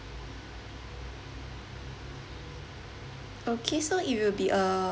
okay so it will be a